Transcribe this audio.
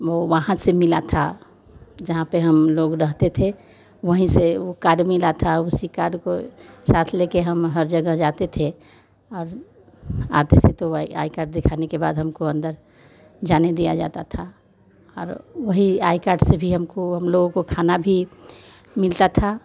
वो वहाँ से मिला था जहाँ पर हम लोग रहते थे वहीं से वह काड मिला था उसी काड को साथ लेकर हम हर जगह जाते थे अब आते थे तो आई काड दिखाने के बाद हमको अन्दर जाने दिया जाता था और वही आई काड से भी हमको हम लोगों को खाना भी मिलता था